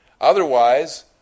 Otherwise